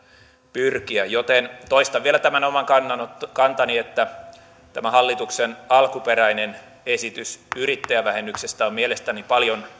pyrkiä joten toistan vielä tämän oman kantani että tämä hallituksen alkuperäinen esitys yrittäjävähennyksestä on mielestäni paljon